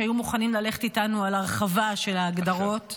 שהיו מוכנים ללכת איתנו על הרחבה של ההגדרות,